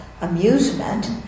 amusement